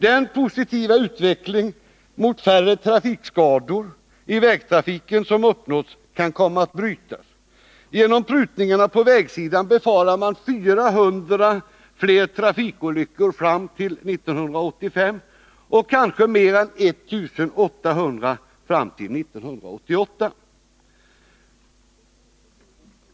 Den positiva utveckling mot färre skador i vägtrafiken som uppnåtts kan komma att brytas. Till följd av prutningarna på vägsidan befarar man 400 fler trafikolyckor fram till 1985 och kanske mer än 1 800 fram till 1988.